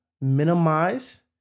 minimize